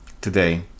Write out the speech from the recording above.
today